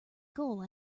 goal